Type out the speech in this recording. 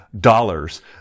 dollars